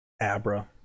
Abra